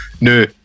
No